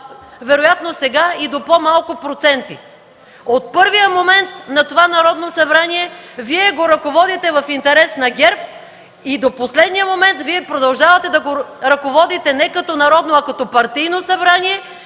вероятно сега и до по-малко проценти. От първия момент на това Народно събрание Вие го ръководите в интерес на ГЕРБ и до последния момент продължавате да го ръководите не като народно, а като партийно събрание,